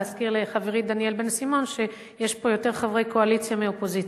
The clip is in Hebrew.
להזכיר לחברי דניאל בן-סימון שיש פה יותר קואליציה מאופוזיציה.